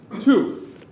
two